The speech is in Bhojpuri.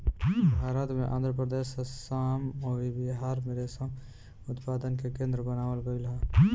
भारत में आंध्रप्रदेश, आसाम अउरी बिहार में रेशम उत्पादन के केंद्र बनावल गईल ह